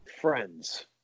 friends